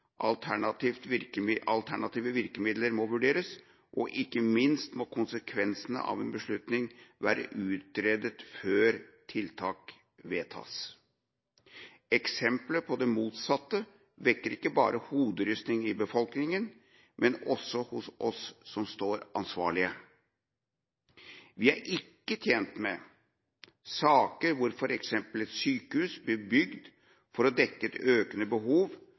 alternative virkemidler må vurderes og ikke minst må konsekvensene av en beslutning være utredet før tiltak vedtas. Eksempler på det motsatte vekker ikke bare hoderysting i befolkningen, men også hos oss som står ansvarlig. Vi er ikke tjent med saker hvor f.eks. et sykehus blir bygd for å dekke et økende behov,